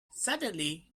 suddenly